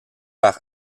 par